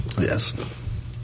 Yes